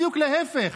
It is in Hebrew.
בדיוק להפך.